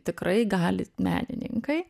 tikrai gali menininkai